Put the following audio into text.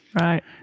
Right